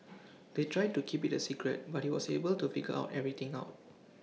they tried to keep IT A secret but he was able to figure out everything out